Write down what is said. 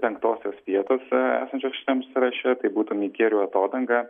penktosios vietos esančios šitam sąraše taip būtų mikierių atodanga